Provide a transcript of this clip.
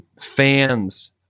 fans